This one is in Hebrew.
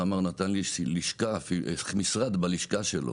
נתן לי משרד בלשכה שלו,